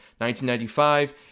1995